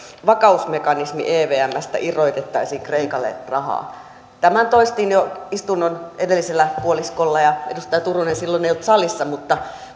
vakausmekanismi evmstä irrotettaisiin kreikalle rahaa tämän toistin jo istunnon edellisellä puoliskolla ja edustaja turunen silloin ei ollut salissa